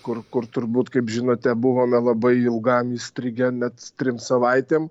kur kur turbūt kaip žinote buvome labai ilgam įstrigę net trim savaitėm